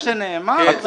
מה שנאמר.